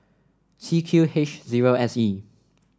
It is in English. C Q H zero S E